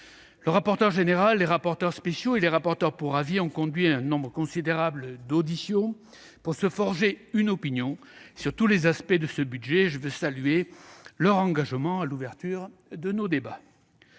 Le rapporteur général, les rapporteurs spéciaux et les rapporteurs pour avis ont conduit un nombre considérable d'auditions pour se forger une opinion sur tous les aspects de ce budget, et je veux saluer leur engagement à l'ouverture de nos débats.